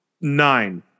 nine